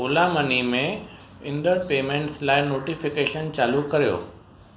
Ola Money में ईंदड़ payments लाइ नोटिफिकेशन चालू करियो